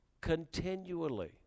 continually